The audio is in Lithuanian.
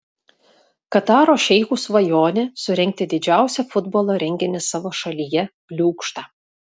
kataro šeichų svajonė surengti didžiausią futbolo renginį savo šalyje bliūkšta